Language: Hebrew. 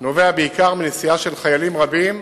ובסוף השבוע נובע בעיקר מנסיעה של חיילים רבים